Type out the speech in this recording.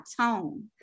tone